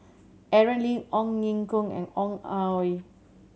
Aaron Lee Ong Ye Kung and Ong Ah Hoi